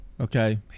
Okay